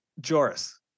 Joris